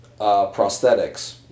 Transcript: prosthetics